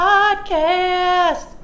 Podcast